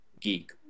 geek